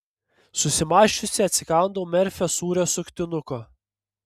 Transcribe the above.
susimąsčiusi atsikandau merfio sūrio suktinuko